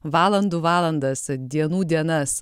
valandų valandas dienų dienas